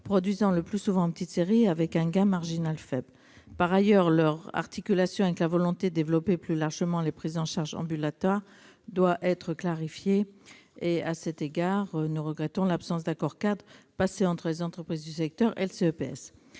produisant le plus souvent en petite série, avec un gain marginal faible. Par ailleurs, l'articulation avec la volonté de développer plus largement les prises en charge ambulatoires doit être clarifiée et, à cet égard, nous regrettons l'absence d'accord-cadre entre les entreprises du secteur et le CEPS.